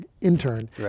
intern